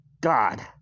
God